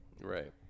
Right